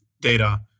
data